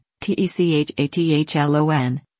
T-E-C-H-A-T-H-L-O-N